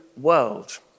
world